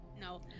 no